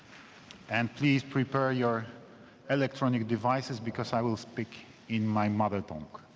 and please prepare your electronic devices because i will speak in my mother tongue,